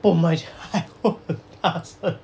boom